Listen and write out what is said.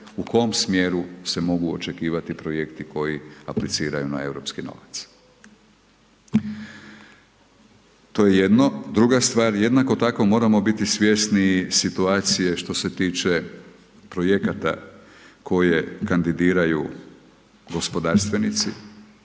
u kojem smjeru se mogu očekivati projekti, koji apliciraju na europski novac. To je jedno, druga stvar, jednako tako moramo biti svjesniji situacije što se tiče projekata, koje kandidiraju gospodarstvenici,